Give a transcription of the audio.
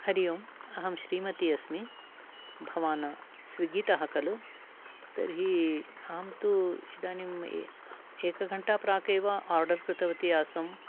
हरि ओम् अहं श्रीमती अस्मि भवान् स्विग्गि तः खलु तर्हि अहं तु इदानीम् एकघण्टा प्राकेव आर्डर् कृतवती आसम्